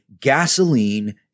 gasoline